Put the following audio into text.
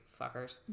fuckers